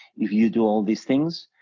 if you do all these things,